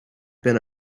been